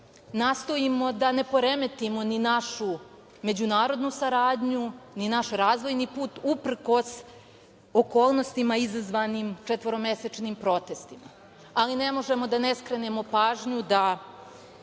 nastojimo da ne poremetimo ni našu međunarodnu saradnju, ni naš razvojni put, uprkos okolnostima izazvanim četvoromesečnim protestom, ali ne možemo da ne skrenemo pažnju da